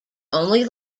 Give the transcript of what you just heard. only